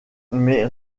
mes